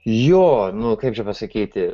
jo nu kaip čia pasakyti